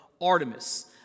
Artemis